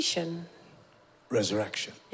Resurrection